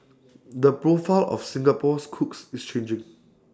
the profile of Singapore's cooks is changing